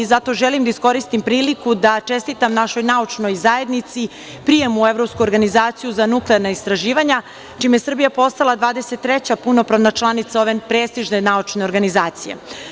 Zato želim da iskoristim priliku da čestitam našoj naučnoj zajednici prijem u Evropsku organizaciju za nuklearna istraživanja, čime je Srbija postala 23. punopravna članica ove prestižne naučne organizacije.